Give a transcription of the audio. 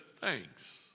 thanks